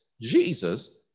Jesus